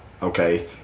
okay